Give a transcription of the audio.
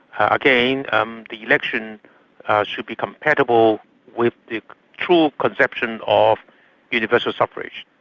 again um the election should be compatible with the true conception of universal suffrage,